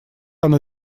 оно